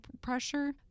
pressure